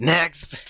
Next